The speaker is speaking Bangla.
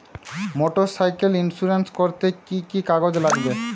মোটরসাইকেল ইন্সুরেন্স করতে কি কি কাগজ লাগবে?